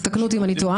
תקנו אותי אם אני טועה,